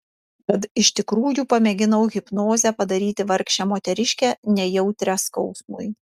tad iš tikrųjų pamėginau hipnoze padaryti vargšę moteriškę nejautrią skausmui